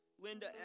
Linda